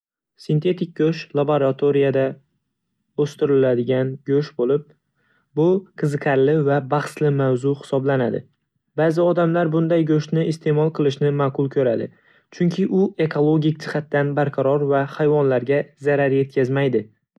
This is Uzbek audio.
Sintetik go'sht laboratoriyada o'stiriladigan go'sht bo'lib, bu qiziqarli va bahsli mavzu hisoblanadi. Ba'zi odamlar bunday go'shtni iste'mol qilishni ma'qul ko'radi, chunki u ekologik jihatdan barqaror va hayvonlarga zarar yetkazmaydi.